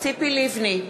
ציפי לבני,